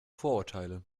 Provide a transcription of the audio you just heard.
vorurteile